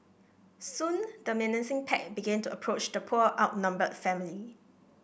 soon the menacing pack began to approach the poor outnumbered family